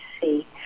see